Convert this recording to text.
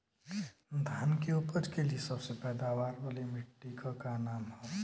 धान की उपज के लिए सबसे पैदावार वाली मिट्टी क का नाम ह?